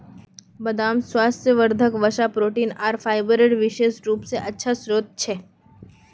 बदाम स्वास्थ्यवर्धक वसा, प्रोटीन आर फाइबरेर विशेष रूप स अच्छा स्रोत छ